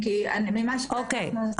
ממה שאנחנו --- אוקיי,